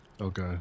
Okay